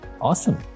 Awesome